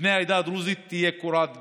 מבני העדה הדרוזית תהיה קורת גג,